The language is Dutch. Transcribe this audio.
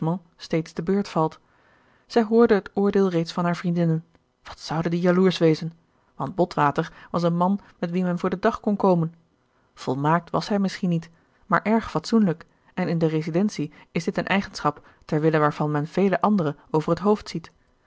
steeds te beurt valt zij hoorde het oordeel reeds van haar vriendinnen wat zouden die jaloersch wezen want bot water was een man met wien men voor den dag kon komen volmaakt was hij misschien niet maar erg fatsoengerard keller het testament van mevrouw de tonnette lijk en in de residentie is dit eene eigenschap ter wille waarvan men vele andere over het hoofd ziet